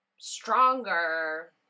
stronger